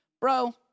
Bro